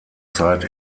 zeit